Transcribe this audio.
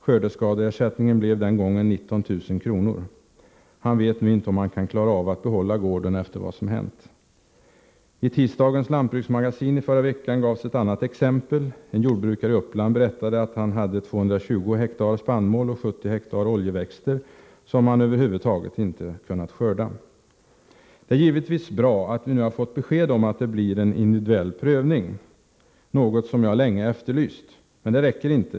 Skördeskadeersättningen blev den gången 19 000 kr. Han vet inte om han kan klara av att behålla gården efter vad som hänt. I tisdagens Lantbruksmagasin i förra veckan gavs ett annat exempel. En jordbrukare i Uppland berättade att han hade 220 hektar spannmål och 70 hektar oljeväxter som han över huvud taget inte kunnat skörda. Det är givetvis bra att vi nu har fått besked om att det blir en individuell prövning, något som jag länge efterlyst. Men det räcker inte.